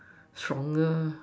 stronger